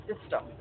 system